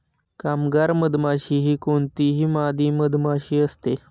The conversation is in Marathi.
कामगार मधमाशी ही कोणतीही मादी मधमाशी असते